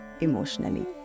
emotionally